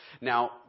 Now